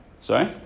Sorry